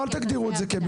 אל תגדירו את זה כמינימום.